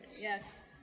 Yes